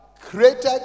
created